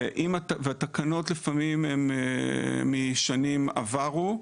ולפעמים התקנות הן משנים עברו.